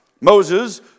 Moses